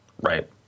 right